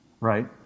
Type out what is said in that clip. Right